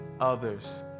others